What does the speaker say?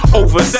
over